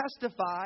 testify